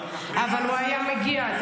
אבל הוא היה מגיע.